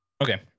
Okay